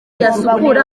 yasukura